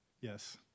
Yes